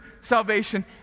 salvation